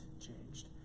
changed